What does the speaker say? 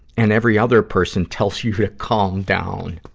and every other person tells you to calm down.